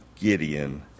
Gideon